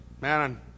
Man